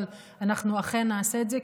אבל אנחנו אכן נעשה את זה.